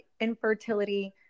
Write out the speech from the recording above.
infertility